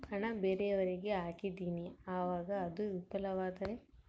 ಹಣ ಬೇರೆಯವರಿಗೆ ಹಾಕಿದಿವಿ ಅವಾಗ ಅದು ವಿಫಲವಾದರೆ?